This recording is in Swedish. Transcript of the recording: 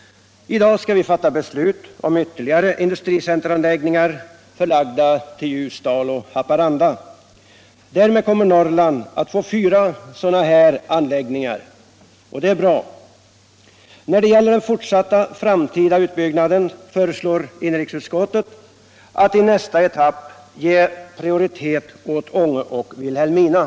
I dag skall vi fatta beslut om ytterligare industricenteranläggningar förlagda till Ljusdal och Haparanda. Därmed kommer Norrland att få fyra sådana anläggningar, och det är bra. När det gäller den fortsatta framtida utbyggnaden föreslår inrikesutskottet att i nästa etapp prioritet skall ges åt Ånge och Vilhelmina.